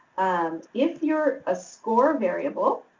and if you're a score variable,